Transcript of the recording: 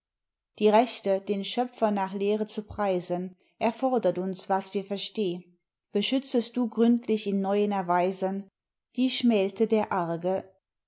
die rechte den schöpfer nach lehre zu preisen er fordert uns was wir versteh beschütztest du gründlich in neuen erweisen die schmählte der arge